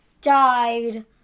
died